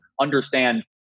understand